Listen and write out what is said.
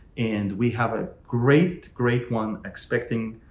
and we have a great great one expecting,